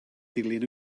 dilyn